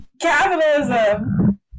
capitalism